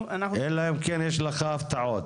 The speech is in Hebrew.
אלא אם כן יש לך הפתעות,